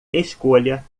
escolha